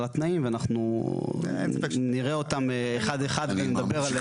התנאים ואנחנו נראה אותם אחד אחד ונדבר עליהם.